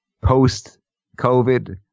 post-COVID